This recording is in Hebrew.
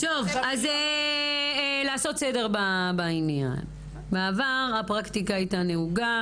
אז לעשות סדר בעניין: בעבר הפרקטיקה הייתה נהוגה,